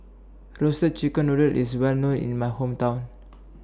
Roasted Chicken Noodle IS Well known in My Hometown